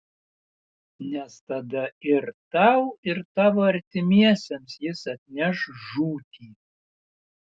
nes tada ir tau ir tavo artimiesiems jis atneš žūtį